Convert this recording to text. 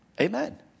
Amen